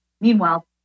Meanwhile